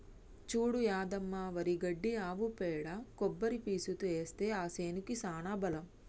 చూడు యాదమ్మ వరి గడ్డి ఆవు పేడ కొబ్బరి పీసుతో ఏస్తే ఆ సేనుకి సానా బలం